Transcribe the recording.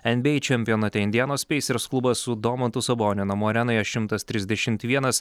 nba čempionate indianos pacers klubas su domantu saboniu namų arenoje šimtas trisdešimt vienas